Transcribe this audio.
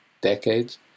decades